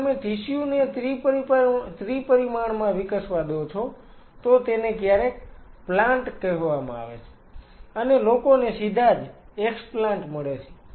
જો તમે ટિશ્યુ ને ત્રિ પરિમાણમાં વિકસવા દો છો તો તેને ક્યારેક પ્લાન્ટ કહેવામાં આવે છે અને લોકોને સીધા જ એક્સપ્લાન્ટ મળે છે